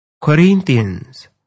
Corinthians